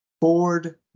Ford